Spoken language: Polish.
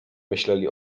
myśleli